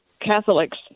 Catholics